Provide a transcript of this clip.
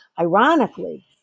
Ironically